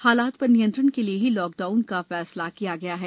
हालात शर नियंत्रण के लिए ही लॉकडाउन का फैसला किया गया है